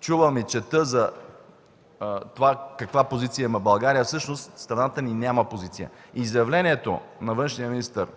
Чувам и чета за това каква позиция има България, а всъщност страната ни няма позиция. Изявлението на външния министър,